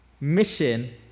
mission